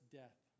death